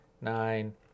nine